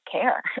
care